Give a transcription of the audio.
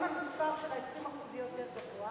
גם המספר של ה-20% יהיה יותר גבוה